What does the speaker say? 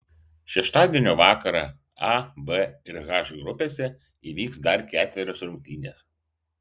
šeštadienio vakarą a b ir h grupėse įvyks dar ketverios rungtynės